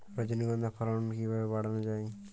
রজনীগন্ধা ফলন কিভাবে বাড়ানো যায়?